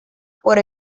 por